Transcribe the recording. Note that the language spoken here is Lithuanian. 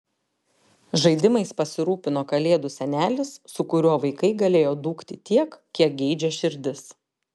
žaidimais pasirūpino kalėdų senelis su kuriuo vaikai galėjo dūkti tiek kiek geidžia širdis